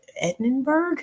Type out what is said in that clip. Edinburgh